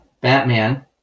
Batman